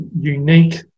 unique